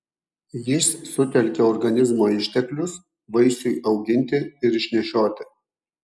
jis sutelkia organizmo išteklius vaisiui auginti ir išnešioti